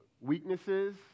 weaknesses